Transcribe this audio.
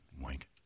Wink